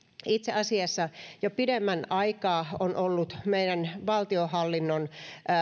itse asiassa jo pidemmän aikaa on meidän valtionhallinnon